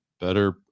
better